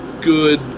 good